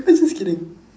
I just kidding